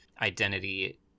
identity